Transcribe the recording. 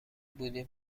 بودیم